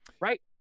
Right